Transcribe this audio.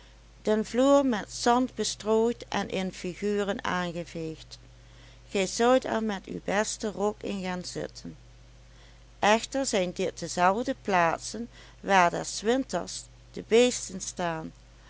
den vloer met zand bestrooid en in figuren aangeveegd gij zoudt er met uw besten rok in gaan zitten echter zijn dit dezelfde plaatsen waar des winters de beesten staan